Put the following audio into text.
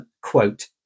Quote